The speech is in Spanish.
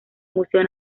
museo